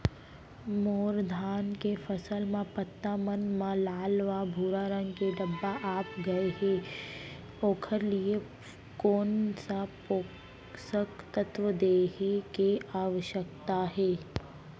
मोर धान के फसल म पत्ता मन म लाल व भूरा रंग के धब्बा आप गए हे ओखर लिए कोन स पोसक तत्व देहे के आवश्यकता हे?